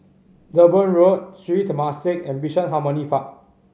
Durban Road Sri Temasek and Bishan Harmony Park